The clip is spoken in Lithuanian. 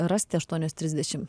rasti aštuonios trisdešim